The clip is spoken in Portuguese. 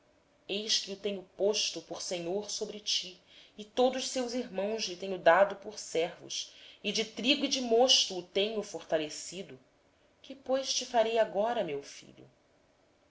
eis que o tenho posto por senhor sobre ti e todos os seus irmãos lhe tenho dado por servos e de trigo e de mosto o tenho fortalecido que pois poderei eu fazer por ti meu filho